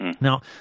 Now